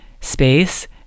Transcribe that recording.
space